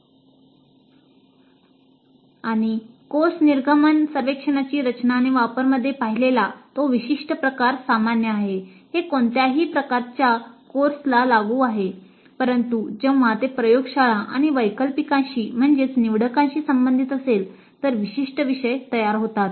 आणि "कोर्स निर्गमन सर्वेक्षणची संबंधित असेल तर विशिष्ट विषय तयार होतात